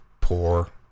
poor